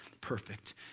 perfect